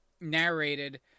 narrated